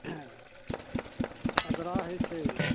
आद्रा होइ छै